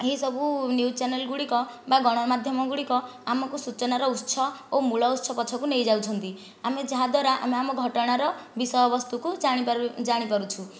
ଏହିସବୁ ନ୍ୟୁଜ୍ ଚ୍ୟାନେଲଗୁଡ଼ିକ ବା ଗଣମାଧ୍ୟମଗୁଡ଼ିକ ଆମକୁ ସୂଚନାର ଉତ୍ସ ଓ ମୂଳ ଉତ୍ସ ପଛକୁ ନେଇଯାଉଛନ୍ତି ଆମେ ଯାହାଦ୍ଵାରା ଆମେ ଆମ ଘଟଣାର ବିଷୟବସ୍ତୁକୁ ଜାଣିପାରୁ ଜାଣିପାରୁଛୁ